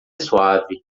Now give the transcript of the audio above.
suave